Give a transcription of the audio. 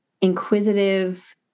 inquisitive